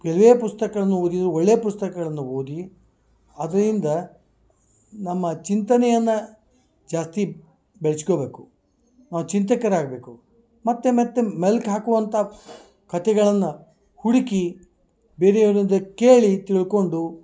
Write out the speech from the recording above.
ಎಲ್ಲೇ ಪುಸ್ತಕಗಳನ್ನು ಓದಿದ್ದರೂ ಒಳ್ಳೆಯ ಪುಸ್ತಕಗಳನ್ನ ಓದಿ ಅದರಿಂದ ನಮ್ಮ ಚಿಂತನೆಯನ್ನ ಜಾಸ್ತಿ ಬೆಳೆಶ್ಕೊಬೇಕು ನಾವು ಚಿಂತಕರಾಗಬೇಕು ಮತ್ತೆ ಮತ್ತೆ ಮೆಲ್ಕು ಹಾಕುವಂಥ ಕತೆಗಳನ್ನ ಹುಡುಕಿ ಬೇರೆಯವ್ರ ಅದ ಕೇಳಿ ತಿಳ್ಕೊಂಡು